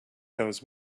those